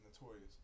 Notorious